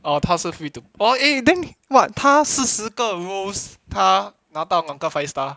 oh 他是 free to orh eh then !wah! 他四十个 roles 他拿到那个 five star